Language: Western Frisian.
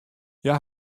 hja